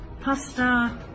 pasta